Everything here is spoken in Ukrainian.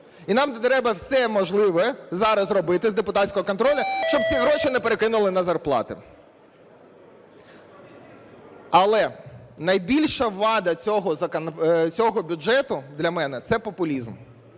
І нам треба все можливе зараз зробити з депутатського контролю, щоб ці гроші не перекинули на зарплати. Але найбільша вада цього бюджету для мене – це популізм.